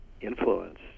influence